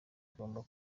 bagomba